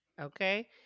okay